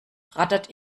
rattert